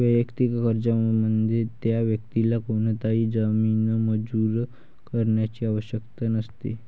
वैयक्तिक कर्जामध्ये, त्या व्यक्तीला कोणताही जामीन मंजूर करण्याची आवश्यकता नसते